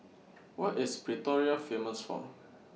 What IS Pretoria Famous For